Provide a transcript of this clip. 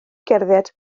gerdded